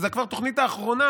וזו כבר התוכנית האחרונה,